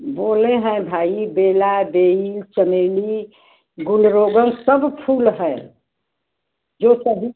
बोले हैं भाई बेला बेली चमेली गुणरोगन सब फूल है जो चाहिए